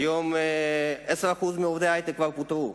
היום 10% מעובדי ההיי-טק כבר פוטרו,